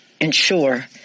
ensure